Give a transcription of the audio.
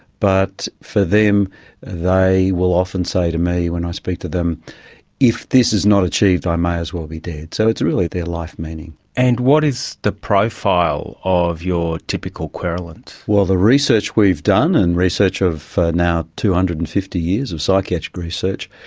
but for them as they will often say to me when i speak to them if this is not achieved i may as well be dead. so it's really their life meaning. and what is the profile of your typical querulant? well, the research we've done and research of now two hundred and fifty years of psychiatric research,